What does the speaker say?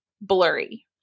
blurry